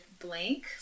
Blank